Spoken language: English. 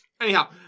Anyhow